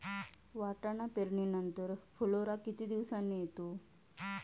वाटाणा पेरणी नंतर फुलोरा किती दिवसांनी येतो?